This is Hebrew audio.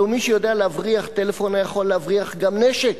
הלוא מי שיודע להבריח טלפון היה יכול להבריח גם נשק.